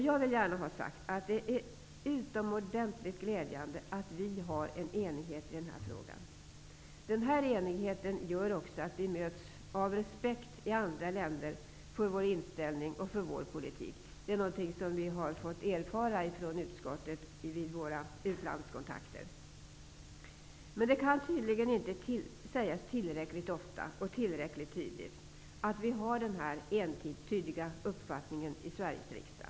Jag vill gärna ha sagt att det är utomordentligt glädjande att vi är eniga i den här frågan. Denna enighet gör att vi möts med respekt i andra länder för vår inställning och politik. Det har vi i utskottet fått erfara vid våra utlandskontakter. Det kan tydligen inte sägas tillräckligt ofta och tillräckligt tydligt att vi har den här entydiga uppfattningen i Sveriges riksdag.